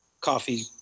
coffee